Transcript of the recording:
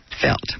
felt